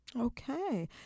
Okay